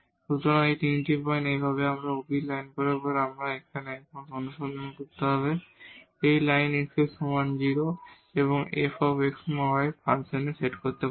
সুতরাং এই তিনটি পয়েন্ট একইভাবে এই OB লাইন বরাবর আমাদের এখানে এখন অনুসন্ধান করতে হবে এই লাইন x এর সমান 0 আমরা f x y ফাংশনে সেট করতে পারি